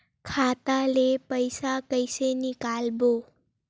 खाता ले पईसा कइसे निकालबो?